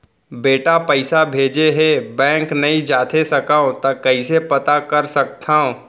बेटा पइसा भेजे हे, बैंक नई जाथे सकंव त कइसे पता कर सकथव?